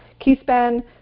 Keyspan